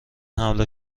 حمله